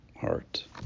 heart